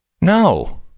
No